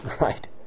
right